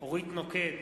אורית נוקד,